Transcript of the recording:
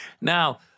now